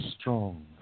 strong